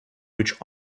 which